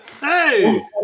Hey